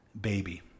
baby